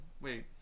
Wait